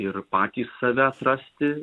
ir patys save atrasti